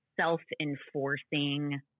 self-enforcing